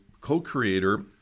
co-creator